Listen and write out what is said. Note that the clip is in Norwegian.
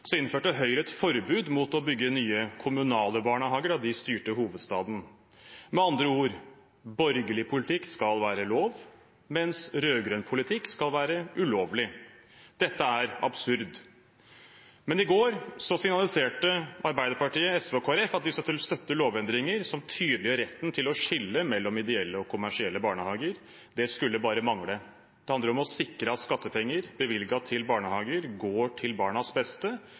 innførte Høyre et forbud mot å bygge nye kommunale barnehager da de styrte hovedstaden. Med andre ord: Borgerlig politikk skal være lov, men rød-grønn politikk skal være ulovlig. Dette er absurd. Men i går signaliserte Arbeiderpartiet, SV og Kristelig Folkeparti at de støtter lovendringer som tydeliggjør retten til å skille mellom ideelle og kommersielle barnehager. Det skulle bare mangle. Det handler om å sikre at skattepenger, bevilget til barnehager, går til barnas beste